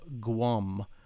Guam